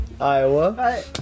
Iowa